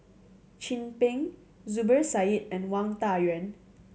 Chin Peng Zubir Said and Wang Dayuan